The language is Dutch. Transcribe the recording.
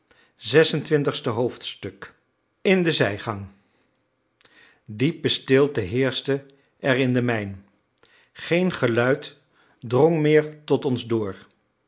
xxvi in de zijgang diepe stilte heerschte er in de mijn geen geluid drong meer tot ons door